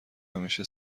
همیشه